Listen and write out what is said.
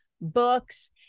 books